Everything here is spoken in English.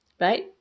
right